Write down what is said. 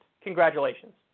Congratulations